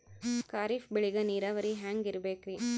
ಖರೀಫ್ ಬೇಳಿಗ ನೀರಾವರಿ ಹ್ಯಾಂಗ್ ಇರ್ಬೇಕರಿ?